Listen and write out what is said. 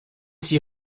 six